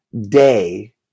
day